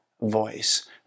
voice